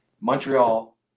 Montreal